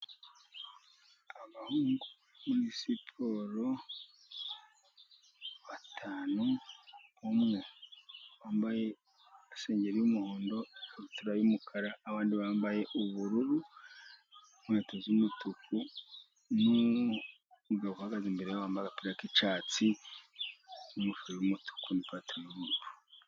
Abahungu bari muri siporo, batanu, umwe yambaye isengeri y'umuhondo, ikabutura y'umukara, abandi bambaye ubururu, inkweto z'umutuku, n'umugabo uhagaze imbere yambaye agapira k'icyatsi n'ingofero y'umutuku n'ipantaro y'ubururu.